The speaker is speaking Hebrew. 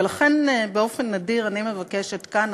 ולכן באופן נדיר אני מבקשת כאן,